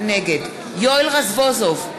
נגד יואל רזבוזוב,